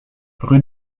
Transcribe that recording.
rue